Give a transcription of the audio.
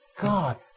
God